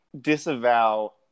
disavow